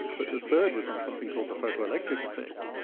but the third was on something called the photoelectric effect.